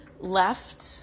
left